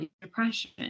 depression